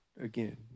again